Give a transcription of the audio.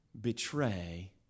betray